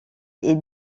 est